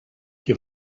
qui